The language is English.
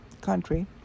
country